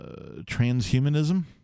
transhumanism